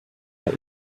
that